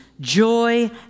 joy